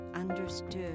understood